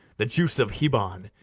the juice of hebon,